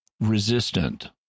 resistant